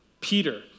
Peter